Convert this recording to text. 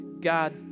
God